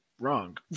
wrong